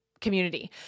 community